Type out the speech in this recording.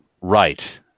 Right